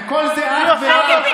וכל זה אך ורק, היא עושה ועושה.